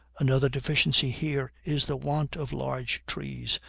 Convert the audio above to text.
another deficiency here is the want of large trees,